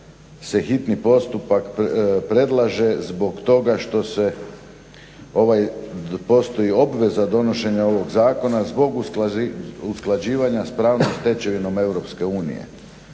naveo da se hitni postupak predlaže zbog toga što se, postoji obveza donošenja ovog zakona zbog usklađivanja s pravnom stečevinom EU.